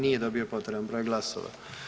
Nije dobio potreban broj glasova.